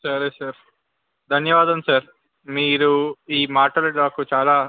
సరే సార్ ధన్యవాదం సార్ మీరు మీ మాటలు నాకు చాలా